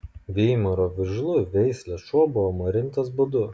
veimaro vižlų veislės šuo buvo marintas badu